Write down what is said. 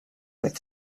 with